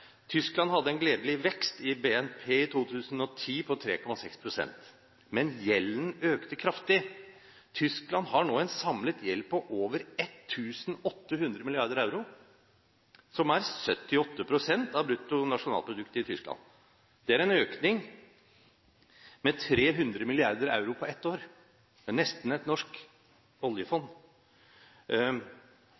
Tyskland hadde en gledelig vekst i BNP i 2010 på 3,6 pst., men gjelden økte kraftig. Tyskland har nå en samlet gjeld på over 1 800 mrd. euro, som er 78 pst. av brutto nasjonalprodukt i Tyskland. Det er en økning på 300 mrd. euro på et år – nesten et norsk